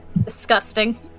Disgusting